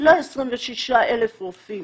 לא 26,000 רופאים